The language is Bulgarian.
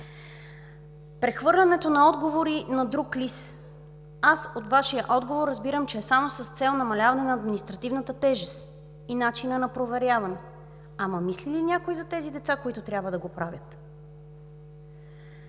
Прехвърлянето на отговори на друг лист. От Вашия отговор разбирам, че е само с цел намаляване на административната тежест и начина на проверяване. Ама мисли ли някой за тези деца, които трябва да го правят?